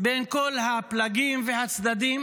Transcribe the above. בין כל הפלגים והצדדים